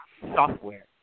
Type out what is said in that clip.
software